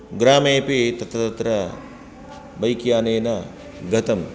ग्रामेपि तत्र तत्र बैक् यानेन गतं